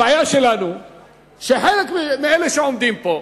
הבעיה שלנו היא שחלק מאלה שעומדים פה,